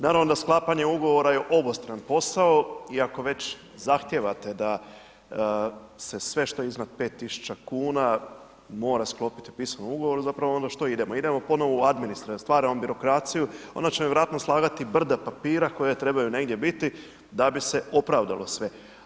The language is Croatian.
Naravno da sklapanje ugovora je obostran posao i ako već zahtijevate da se sve što je iznad 5 tisuća kuna mora sklopiti u pisanom ugovoru zapravo onda što idemo, idemo ponovno u administrativnu, stvaramo birokraciju, onda ... vjerojatno slagati i brda papira koje trebaju negdje biti da bi se opravdalo sve.